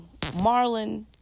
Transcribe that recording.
Marlon